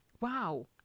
Wow